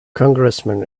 congressman